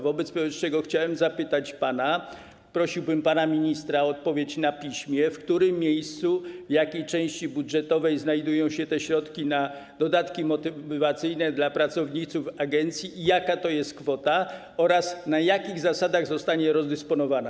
Wobec powyższego chciałem zapytać pana, prosiłbym pana ministra o odpowiedź na piśmie: W którym miejscu, w jakiej części budżetowej znajdują się środki na dodatki motywacyjne dla pracowników agencji, jaka to jest kwota oraz na jakich zasadach zostanie rozdysponowana?